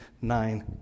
nine